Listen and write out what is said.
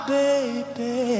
baby